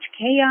chaos